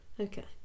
Okay